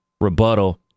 rebuttal